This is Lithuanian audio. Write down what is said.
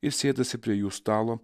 ir sėdasi prie jų stalo